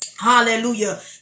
Hallelujah